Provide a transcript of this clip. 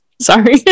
Sorry